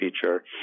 feature